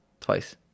Twice